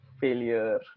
failure